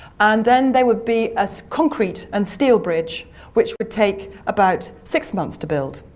and then there would be a concrete and steel bridge which would take about six months to build.